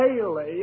daily